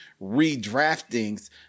redraftings